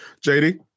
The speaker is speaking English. JD